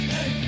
Hey